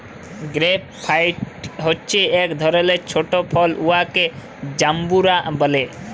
grape fruit হছে ইক ধরলের ছট ফল উয়াকে জাম্বুরা ব্যলে